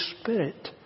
Spirit